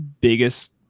biggest